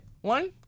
One